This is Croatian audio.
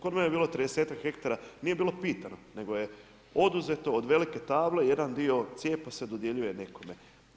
Kod mene je bilo tridesetak hektara, nije bilo pitano, nego je oduzeto od velike table jedan dio, cijepao se, dodjeljuje nekome.